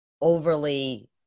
overly